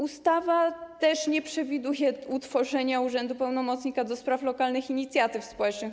Ustawa też nie przewiduje utworzenia urzędu pełnomocnika do spraw lokalnych inicjatyw społecznych.